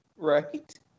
Right